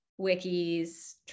wikis